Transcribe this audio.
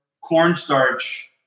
cornstarch